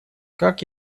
как